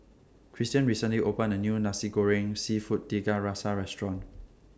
Cristian recently opened A New Nasi Goreng Seafood Tiga Rasa Restaurant